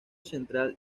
central